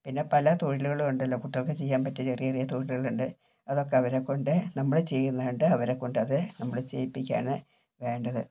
പിന്നെ പല തൊഴിലുകളുമുണ്ടല്ലോ കുട്ടികൾക്ക് ചെയ്യാൻ പറ്റിയ ചെറിയ ചെറിയ തൊഴിലുകളുണ്ട് അതൊക്കെ അവരെക്കൊണ്ട് നമ്മൾ ചെയ്യുന്നുണ്ട് അവരെക്കൊണ്ടത് നമ്മൾ ചെയ്യിപ്പിക്കുകയാണ് വേണ്ടത്